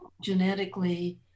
Genetically